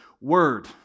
word